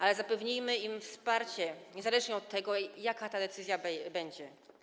Ale zapewnijmy im wsparcie, niezależnie od tego, jaka ta decyzja będzie.